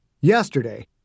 Yesterday